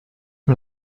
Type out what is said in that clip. mir